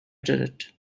turret